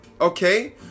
Okay